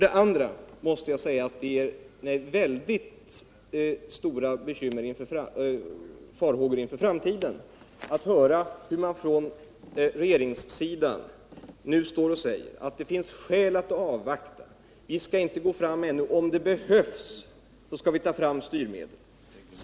Det inger mig stora farhågor inför framtiden att höra hur man från regeringssidan nu säger att det finns skäl att avvakta och att om det behövs skall vi ta fram styrmedel.